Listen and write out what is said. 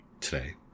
today